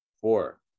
Four